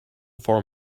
for